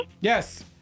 yes